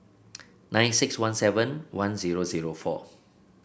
nine six one seven one zero zero four